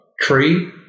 Tree